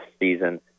season